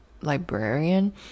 librarian